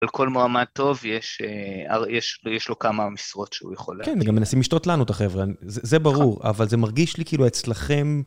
כל מועמד טוב יש, יש אה יש לו כמה משרות שהוא יכול להגיד. כן, גם מנשים לשתות לנו את החבר'ה, זה ברור. אבל זה מרגיש לי כאילו אצלכם...